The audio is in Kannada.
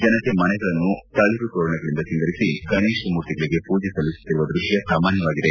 ಜನತೆ ಮನೆಗಳನ್ನು ತಳಿರು ತೋರಣಗಳಿಂದ ಸಿಂಗರಿಸಿ ಗಣೇಶಮೂರ್ತಿಗಳಿಗೆ ಪೂಜೆ ಸಲ್ಲಿಸುತ್ತಿರುವ ದೃಶ್ಯ ಸಾಮಾನ್ಯವಾಗಿದೆ